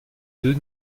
deux